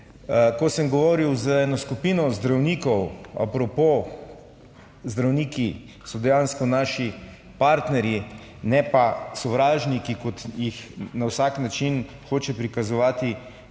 Ko sem govoril z eno skupino zdravnikov a propo, zdravniki so dejansko naši partnerji, ne pa sovražniki, kot jih na vsak način hoče prikazovati